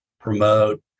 promote